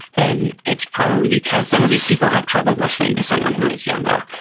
then it's probably because some of these people have trouble listening to someone who is younger.